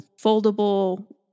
foldable